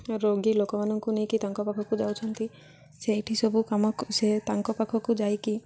ରୋଗୀ ଲୋକମାନଙ୍କୁ ନେଇକି ତାଙ୍କ ପାଖକୁ ଯାଉଛନ୍ତି ସେଇଠି ସବୁ କାମକୁ ସେ ତାଙ୍କ ପାଖକୁ ଯାଇକି